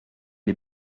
est